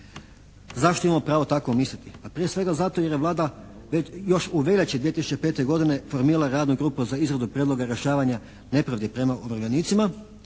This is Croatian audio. Zašto imamo pravo tako misliti? Pa prije svega zato jer je Vlada još u veljači 2005. godine formirala radnu grupu za izradu prijedloga rješavanja nepravdi prema umirovljenicima